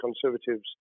Conservatives